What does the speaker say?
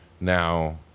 now